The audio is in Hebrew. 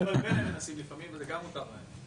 ד' קביעת ועדות לדיון בהצעות החוק.